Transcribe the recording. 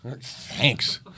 Thanks